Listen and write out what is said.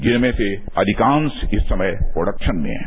इनमें से अधिकांश इस समय प्रोडक्शन में हैं